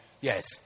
Yes